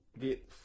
get